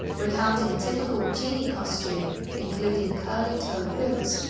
recounting typical genie costume including curly toed boots,